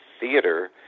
theater